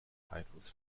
titles